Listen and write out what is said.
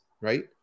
right